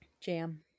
jam